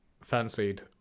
fancied